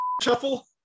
shuffle